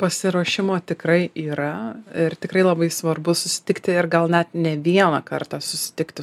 pasiruošimo tikrai yra ir tikrai labai svarbu susitikti ir gal net ne vieną kartą susitikti